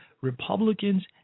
Republicans